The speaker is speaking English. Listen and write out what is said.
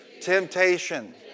temptation